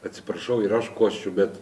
atsiprašau ir aš kosčiu bet